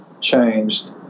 changed